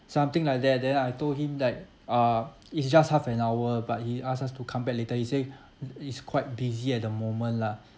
something like that then I told him that uh it's just half an hour but he asked us to come back later he said he's quite busy at the moment lah